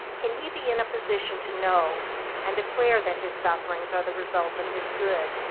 can he be in a position to know and declare that his sufferings are the result of his good,